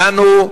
שלנו,